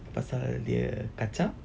pasal dia kacak